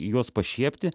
juos pašiepti